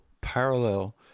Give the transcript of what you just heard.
parallel